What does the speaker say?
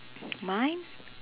mine